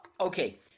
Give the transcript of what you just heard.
Okay